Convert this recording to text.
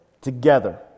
together